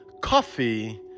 Coffee